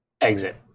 exit